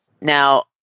Now